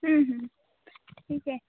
ठीक आहे